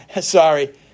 Sorry